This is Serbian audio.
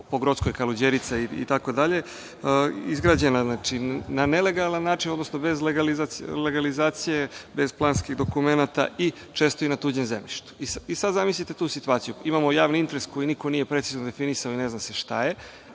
po Grockoj, Kaluđerica, itd, izgrađena na nelegalan način, odnosno bez legalizacije, bez planskih dokumenata i često na tuđem zemljištu. Sada zamislite tu situaciju. Imamo javni interes, koji niko nije precizno definisao i ne zna se šta je,